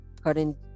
current